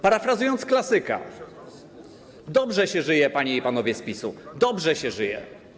Parafrazując klasyka: Dobrze się żyje, panie i panowie z PiS-u, dobrze się żyje.